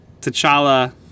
T'Challa